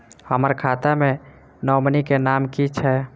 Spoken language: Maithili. हम्मर खाता मे नॉमनी केँ नाम की छैय